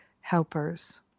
helpers